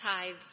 tithes